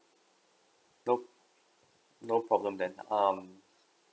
no no problem then um